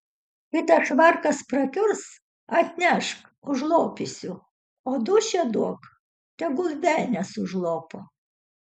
kai tas švarkas prakiurs atnešk užlopysiu o dūšią duok tegul velnias užlopo